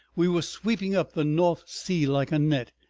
we were sweeping up the north sea like a net,